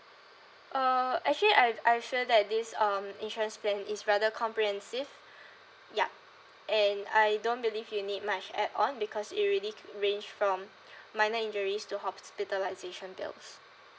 uh actually I I feel that this um insurance plan is rather comprehensive ya and I don't believe you need much add on because it already range from minor injuries to hospitalization bills